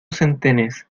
centenes